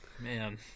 man